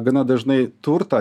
gana dažnai turtą